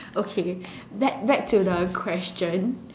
okay back back to the question